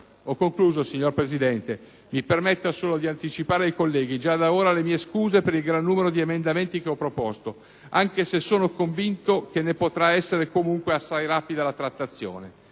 Ho concluso, signora Presidente. Mi permetta solo di anticipare ai colleghi, già da ora, le mie scuse per il gran numero di emendamenti che ho proposto, anche se sono convinto che ne potrà essere assai rapida la trattazione.